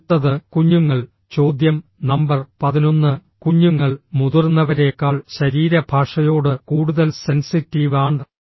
അടുത്തത് കുഞ്ഞുങ്ങൾ ചോദ്യം നമ്പർ 11 കുഞ്ഞുങ്ങൾ മുതിർന്നവരേക്കാൾ ശരീരഭാഷയോട് കൂടുതൽ സെൻസിറ്റീവ് ആണ്